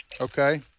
Okay